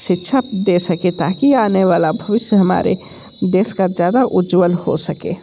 शिक्षक दे सकें ताकि आने वाला भविष्य हमारे देश का ज़्यादा उज्जवल हो सके